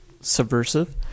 subversive